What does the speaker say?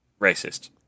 racist